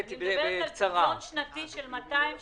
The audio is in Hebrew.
המעסיק זכאי למענק ואז באמת נבטיח חזרה של כל העובדים שהוצאו לחל"ת.